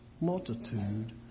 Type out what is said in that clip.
multitude